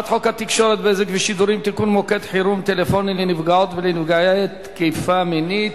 27 בעד, אין מתנגדים, אין נמנעים.